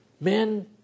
men